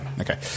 Okay